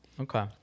Okay